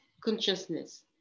consciousness